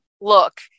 look